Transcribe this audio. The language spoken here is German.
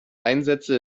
einsätze